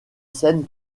scène